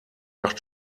nach